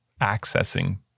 accessing